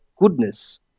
goodness